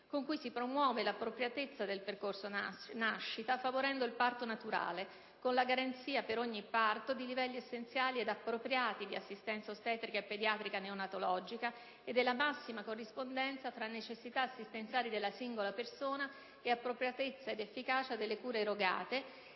con cui si promuove l'appropriatezza del percorso nascita favorendo il parto naturale, con la garanzia per ogni parto dei livelli essenziali ed appropriati di assistenza ostetrica e pediatrica-neonatologica e della massima corrispondenza tra necessità assistenziali della singola persona, appropriatezza ed efficacia delle cure erogate